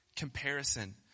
comparison